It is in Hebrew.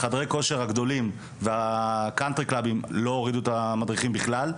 חדרי הכושר הגדולים והקאנטרי קלאבים לא הורידו את המדריכים בכלל,